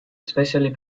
especially